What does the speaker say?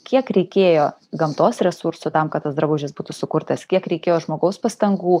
kiek reikėjo gamtos resursų tam kad tas drabužis būtų sukurtas kiek reikėjo žmogaus pastangų